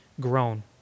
grown